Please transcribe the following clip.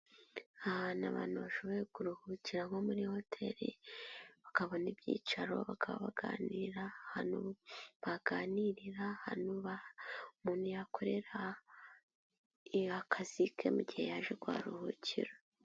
Ahantu abantu bashoboye kuruhukira nko muri hoteli, bakabona ibyicaro, bakaba baganira, ahantu baganirira ahantu umuntu yakorera akazi ke mu gihe yaje kuharuhukira.